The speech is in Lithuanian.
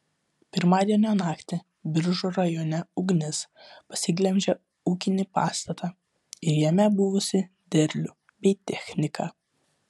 pirmadienio naktį biržų rajone ugnis pasiglemžė ūkinį pastatą ir jame buvusį derlių bei techniką